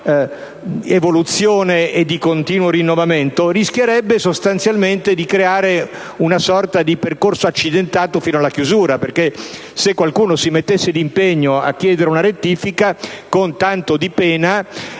evoluzione ed in continuo rinnovamento, si rischierebbe sostanzialmente di creare una sorta di percorso accidentato, fino alla chiusura. Infatti, se qualcuno si mettesse d'impegno a chiedere una rettifica con tanto di pena,